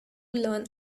learn